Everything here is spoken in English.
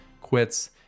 quits